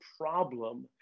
problem